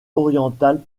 orientales